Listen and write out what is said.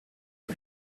for